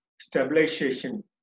stabilization